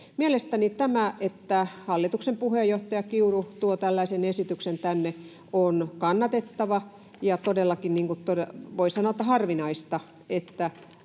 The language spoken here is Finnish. Mielestäni tämä, että hallituksen puheenjohtaja Kiuru tuo tällaisen esityksen tänne, on kannatettavaa ja todellakin voi sanoa, että harvinaista, että